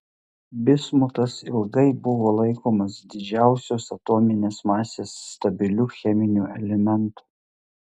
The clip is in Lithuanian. bismutas ilgai buvo laikomas didžiausios atominės masės stabiliu cheminiu elementu